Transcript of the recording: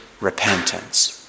repentance